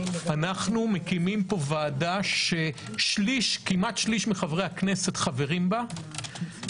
אנחנו מקימים פה ועדה שכמעט שליש מחברי הכנסת חברים בה,